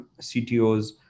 CTOs